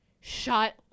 Shut